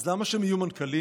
אז למה שהם יהיו מנכ"לים?